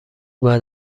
بعد